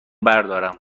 بردارم